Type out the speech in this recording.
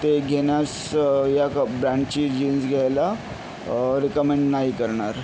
ते घेण्यास या क् ब्रँडची जीन्स घ्यायला रिकमेंड नाही करणार